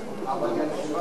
אבל היא יציבה למי?